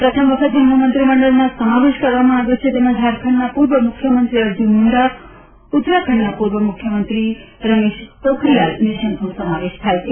પ્રથમ વખત જેમનો મંત્રીમંડળમાં સમાવેશ કરવામાં આવ્યા છે તેમાં ઝારખંડના પૂર્વ મુખ્યમંત્રી અર્જુન મુંડા ઉત્તરાખંડમાં પૂર્વ મુખ્યમંત્રી રમેશ પોખરિયાલ નિશંકનો સમાવેશ થાય છે